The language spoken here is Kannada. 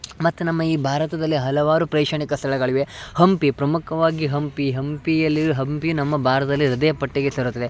ಮತ್ತು ನಮ್ಮ ಈ ಭಾರತದಲ್ಲಿ ಹಲವಾರು ಪ್ರೇಕ್ಷಣೀಯ ಸ್ಥಳಗಳಿವೆ ಹಂಪಿ ಪ್ರಮುಖವಾಗಿ ಹಂಪಿ ಹಂಪಿಯಲ್ಲಿ ಹಂಪಿ ನಮ್ಮ ಭಾರತದಲ್ಲಿ ಹೃದಯ ಪಟ್ಟಿಗೆ ಸೇರುತ್ತದೆ